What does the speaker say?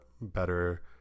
better